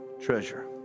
treasure